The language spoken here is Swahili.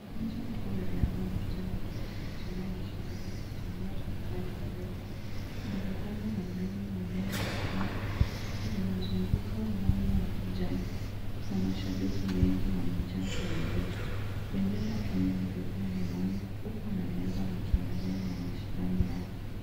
Uwanja mkuu wa riadha umejaa watu wakifuatilia mashindano ya kutembea kwa umbali mrefu. Barabara za mbio za rangi nyekundu zinazunguka uwanja wa kijani na mashabiki wengi wamejaa kwenye viti. Bendera ya Kenya inapepea hewani huku wanariadha wakiendelea na mashindano yao.